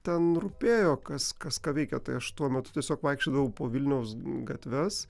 ten rūpėjo kas kas ką veikia tai aš tuo metu tiesiog vaikščiodavau po vilniaus gatves